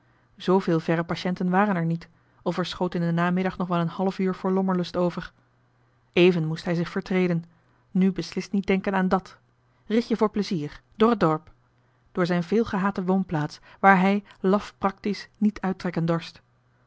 zooveel verre patiënten waren er niet of er schoot in den namiddag nog wel een half uur voor lommerlust over even moest hij zich vertreden nu beslist niet denken aan dat ritje voor plezier door het dorp door zijn veelgehate woonplaats waar hij laf praktisch niet uittrekken dorst